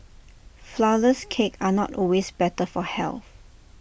Flourless Cakes are not always better for health